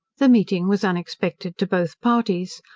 the meeting was unexpected to both parties,